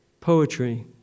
Poetry